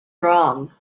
wrong